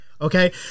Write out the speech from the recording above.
Okay